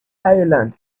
island